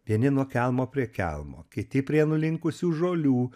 vieni nuo kelmo prie kelmo kiti prie nulinkusių žolių